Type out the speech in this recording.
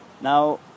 now